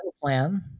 plan